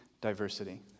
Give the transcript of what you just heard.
diversity